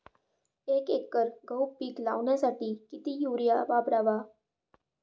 एक एकर गहू पीक लावण्यासाठी किती युरिया वापरावा?